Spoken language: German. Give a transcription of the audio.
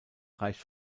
reicht